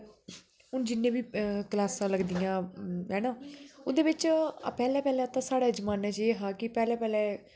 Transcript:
हून जिन्ने बी क्लासां लगदी है ना ओहदे बिचा पहले पहले साढ़े जमाने च एह् हा कि पहले पहले